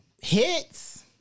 hits